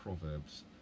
Proverbs